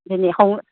ꯑꯗꯨꯅꯦ